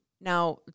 Now